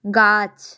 গাছ